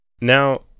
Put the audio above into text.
Now